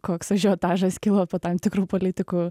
koks ažiotažas kilo po tam tikrų politikų